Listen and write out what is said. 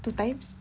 two times